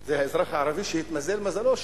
זה האזרח הערבי שהתמזל מזלו.